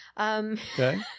Okay